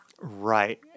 Right